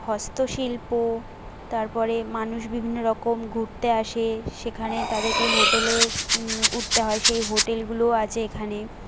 হস্ত শিল্প তারপরে মানুষ বিভিন্ন রকম ঘুরতে আসে সেখানে তাদেরকে হোটেলের উঠতে হয় সেই হোটেলগুলোও আছে এখানে